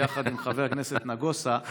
ביחד עם חבר הכנסת נגוסה,